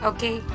Okay